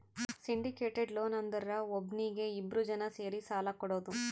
syndicated loan ಅಂದುರ್ ಒಬ್ನೀಗಿ ಇಬ್ರು ಜನಾ ಸೇರಿ ಸಾಲಾ ಕೊಡೋದು